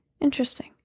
Interesting